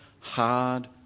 hard